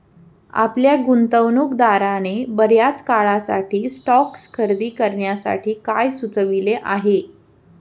आपल्या गुंतवणूकदाराने बर्याच काळासाठी स्टॉक्स खरेदी करण्यासाठी काय सुचविले आहे?